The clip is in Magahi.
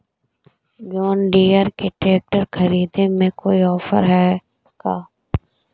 जोन डियर के ट्रेकटर खरिदे में कोई औफर है का?